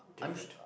different